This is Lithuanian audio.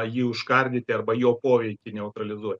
jį užkardyti arba jo poveikį neutralizuoti